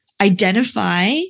identify